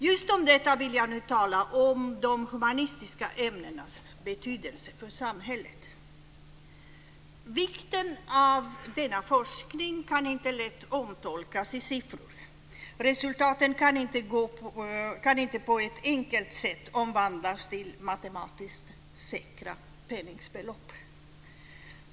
Just i denna fråga vill jag nu tala om de humanistiska ämnenas betydelse för samhället. Vikten av denna forskning kan inte lätt omtolkas i siffror. Resultaten kan inte på ett enkelt sätt omvandlas till matematiskt säkra penningbelopp.